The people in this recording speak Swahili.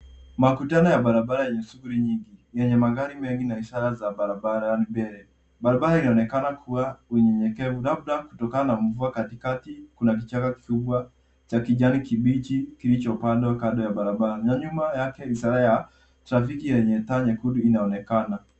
Makutano ya barabara yenye shughuli nyingi yenye magari mengi na ishara za barabara mbele. Barabara inaonekana kua unyenyeykevu labda kutokana na mvua, katikati kuna kichaka kikubwa cha kijani kibichi kilichopandwa kando ya barabara. Na nyuma yake ishara ya trafiki yenye taa nyekundu inaonekana.